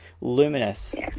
Luminous